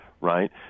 right